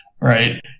right